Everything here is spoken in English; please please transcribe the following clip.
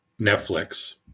Netflix